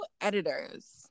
editors